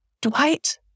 Dwight